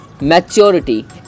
Maturity